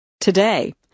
Today